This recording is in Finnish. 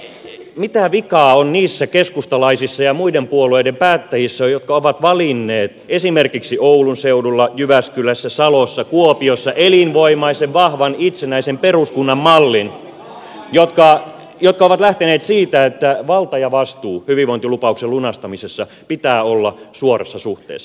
hyvät ystävät mitä vikaa on niissä keskustalaisissa ja muiden puolueiden päättäjissä jotka ovat valinneet esimerkiksi oulun seudulla jyväskylässä salossa kuopiossa elinvoimaisen vahvan itsenäisen peruskunnan mallin jotka ovat lähteneet siitä että vallan ja vastuun pitää hyvinvointilupauksen lunastamisessa olla suorassa suhteessa